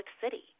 city